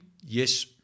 yes